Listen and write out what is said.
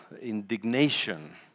indignation